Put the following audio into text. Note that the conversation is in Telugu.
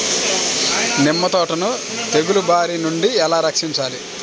నిమ్మ తోటను తెగులు బారి నుండి ఎలా రక్షించాలి?